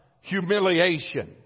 humiliation